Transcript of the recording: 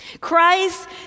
Christ